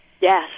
Yes